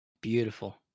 Beautiful